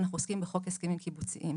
אנחנו עוסקים בחוק הסכמים קיבוציים.